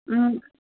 ٲں